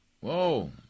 Whoa